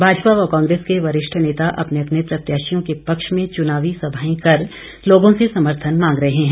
भाजपा व कांग्रेस के वरिष्ठ नेता अपने अपने प्रत्याशियों के पक्ष में चुनावी सभाएं कर लोगों से समर्थन मांग रहे हैं